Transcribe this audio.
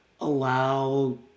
allow